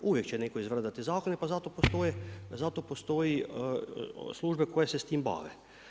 Uvijek će netko izvrdati zakone pa zato postoje službe koje se s time bave.